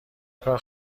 کار